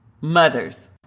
mothers